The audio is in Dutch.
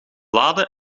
lade